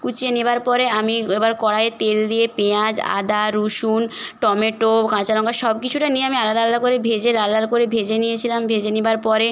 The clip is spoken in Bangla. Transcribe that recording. কুচিয়ে নেওয়ার পরে আমি এবার কড়াইয়ে তেল দিয়ে পেঁয়াজ আদা রসুন টমেটো কাঁচা লঙ্কা সব কিছুটা নিয়ে আমি আলাদা আলাদা করে ভেজে লাল লাল করে ভেজে নিয়েছিলাম ভেজে নেওয়ার পরে